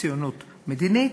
ציונות מדינית,